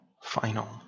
final